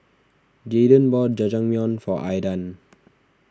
Jaydan bought Jajangmyeon for Aydan